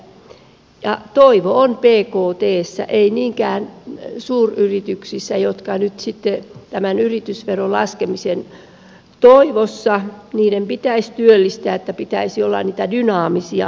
tarvitaan yrittäjiä ja toivo on pktssä ei niinkään suuryrityksissä joiden nyt sitten tämän yritysveron laskemisen toivossa pitäisi työllistää että tulisi niitä dynaamisia vaikutuksia